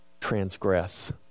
transgress